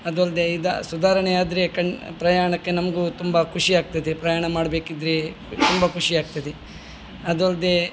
ಅದು ಅಲ್ಲದೆ ಇದು ಸುಧಾರಣೆ ಆದರೆ ಖನ್ ಪ್ರಯಾಣಕ್ಕೆ ನಮಗು ತುಂಬಾ ಖುಷಿ ಆಗ್ತದೆ ಪ್ರಯಾಣ ಮಾಡಬೇಕಿದ್ರೆ ತುಂಬಾ ಖುಷಿ ಆಗ್ತದೆ ಅದು ಅಲ್ಲದೆ